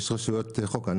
יש רשויות חוק- -- מה,